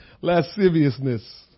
Lasciviousness